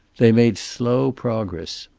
they made slow progress.